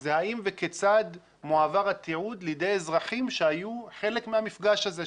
זה האם וכיצד מועבר התיעוד לידי אזרחים שהיו חלק מהמפגש הזה,